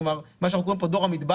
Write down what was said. כלומר, מה שאנחנו קוראים כאן דור המדבר.